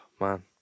Man